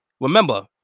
remember